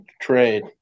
trade